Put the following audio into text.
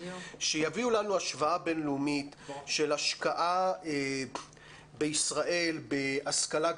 שיביאו לנו השוואה בינלאומית של השקעה בהשכלה גבוהה,